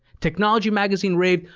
technology magazine raved,